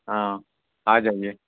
ہاں آ جائیے